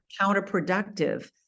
counterproductive